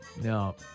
No